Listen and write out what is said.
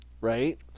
right